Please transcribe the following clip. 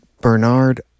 Bernard